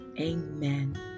Amen